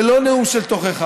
זה לא נאום של תוכחה.